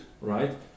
right